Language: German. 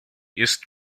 ist